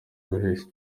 guhesha